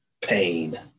Pain